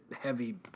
heavy